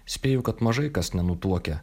spėju kad mažai kas nenutuokia